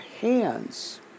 hands